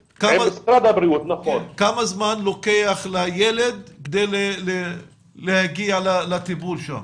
כמה זמן לוקח לילד כדי להגיע לטיפול שם?